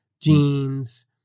jeans